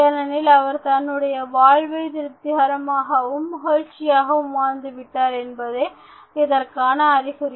ஏனெனில் அவர் தன்னுடைய வாழ்வை திருப்திகரமாக மகிழ்ச்சியாகவும் வாழ்ந்து விட்டார் என்பதே இதற்கான அறிகுறி